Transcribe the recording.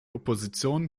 opposition